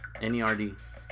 Nerd